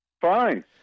Fine